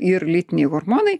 ir lytiniai hormonai